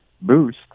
boost